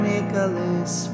Nicholas